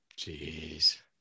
Jeez